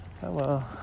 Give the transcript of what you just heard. hello